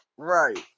Right